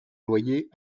loyers